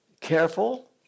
careful